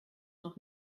noch